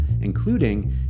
including